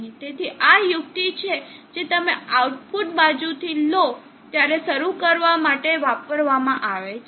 તેથી આ યુક્તિ છે જે તમે આઉટપુટ બાજુથી લો ત્યારે શરૂ કરવા માટે વાપરવામાં આવે છે